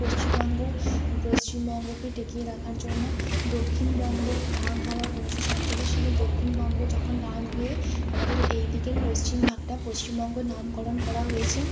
পশ্চিমবঙ্গ পশ্চিমবঙ্গকে টিকিয়ে রাখার জন্য দক্ষিণবঙ্গ ভাগ হওয়ার উনিশশো সাতচল্লিশ সালে দক্ষিণবঙ্গ যখন ভাগ হয়ে আমাদের এই দিকের পশ্চিম ভাগটা পশ্চিমবঙ্গ নামকরণ করা হয়েছে